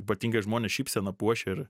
ypatingai žmones šypsena puošia ir